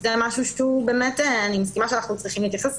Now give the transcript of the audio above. זה משהו שאני מסכימה שצריך להתייחס אליו